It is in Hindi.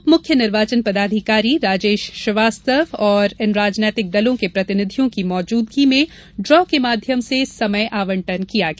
उप मुख्य निर्वाचन पदाधिकारी राजेश श्रीवास्तव तथा इन राजनीतिक दलों के प्रतिनिधियों की मौजूदगी में ड्रा के माध्यम से समय आवंटन किया गया